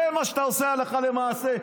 זה מה שאתה עושה הלכה למעשה.